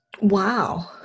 Wow